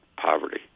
poverty